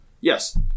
Yes